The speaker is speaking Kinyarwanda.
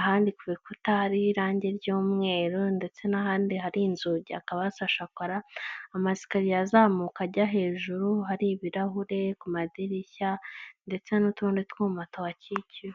ahandi ku rukuta hari irangi ry'umweru ndetse n'ahandi hari inzugi, hakaba hasa shakora, amasikariye azamuka ajya hejuru, hari ibirahure ku madirishya ndetse n'utundi twuma tuhakikije.